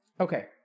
Okay